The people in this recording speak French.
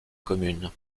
commune